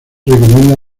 recomienda